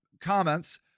comments